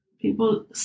people